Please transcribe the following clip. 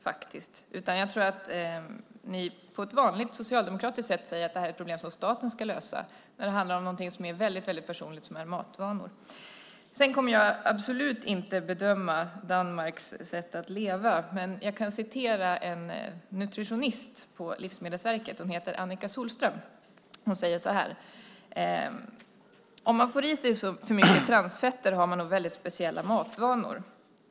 Ni säger på vanligt socialdemokratiskt sätt att detta är ett problem som staten ska lösa när det handlar om något så personligt som matvanor. Jag kommer absolut inte att bedöma Danmarks sätt att leva. Jag kan referera till en nutritionist på Livsmedelsverket. Hon heter Annika Sohlström. Hon säger så här: Om man får i sig för mycket transfetter har man nog mycket speciella matvanor.